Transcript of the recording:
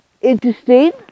interesting